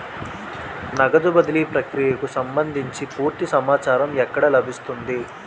నగదు బదిలీ ప్రక్రియకు సంభందించి పూర్తి సమాచారం ఎక్కడ లభిస్తుంది?